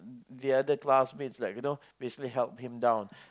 the other classmates like you know basically helped him down